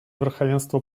верховенство